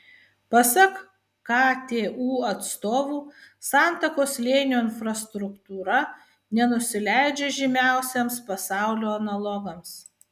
pasak ktu atstovų santakos slėnio infrastruktūra nenusileidžia žymiausiems pasaulio analogams